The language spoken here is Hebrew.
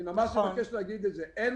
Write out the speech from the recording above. אני ממש מבקש להגיד את זה -- נכון.